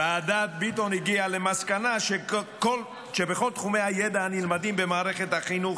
ועדת ביטון הגיעה למסקנה שבכל תחומי הידע הנלמדים במערכת החינוך,